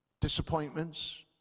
disappointments